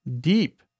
deep